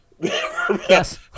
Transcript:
yes